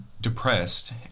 depressed